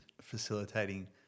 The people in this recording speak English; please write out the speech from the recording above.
facilitating